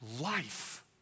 life